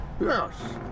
Yes